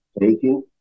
taking